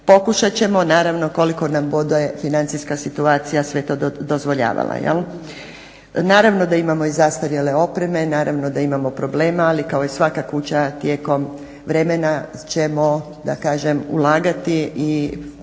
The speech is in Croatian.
pokušat ćemo, naravno koliko nam bude financijska situacija sve to dozvoljavala jel. Naravno da imamo i zastarjele opreme, naravno da imamo problema, ali kao i svaka kuća tijekom vremena ćemo da kažem ulagati i